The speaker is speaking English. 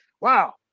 wow